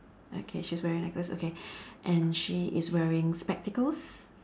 okay she's wearing necklace okay and she is wearing spectacles